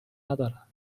ندارن